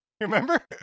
remember